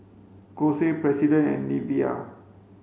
Kose President and Nivea